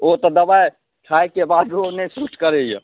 ओ तऽ दवाइ खाएके बादो नहि सूट करैए